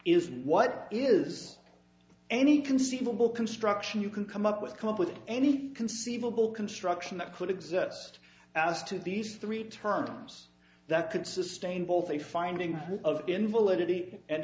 is what is any conceivable construction you can come up with come up with any conceivable construction that could exist as to these three terms that could sustain both a finding of invalidity and